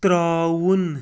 ترٛاوُن